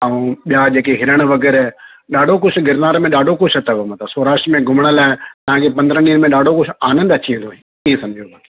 ऐं ॿिया जेके हिरण वग़ैरह ॾाढो कुझु गिरनार में ॾाढो कुझु अथव मतलबु सौराष्ट्र में घुमण लाइ तव्हांखे पंदरहनि ॾींहनि में ॾाढो कुझु आनंद अची वेंदो ईअं समुझो तव्हां